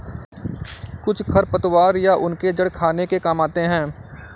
कुछ खरपतवार या उनके जड़ खाने के काम आते हैं